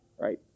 right